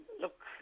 Look